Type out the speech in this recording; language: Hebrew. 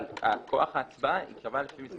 אבל כוח ההצבעה ייקבע לפי מספר התושבים.